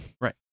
right